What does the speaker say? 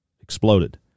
exploded